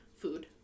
food